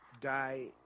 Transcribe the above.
die